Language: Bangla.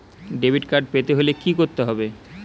ডেবিটকার্ড পেতে হলে কি করতে হবে?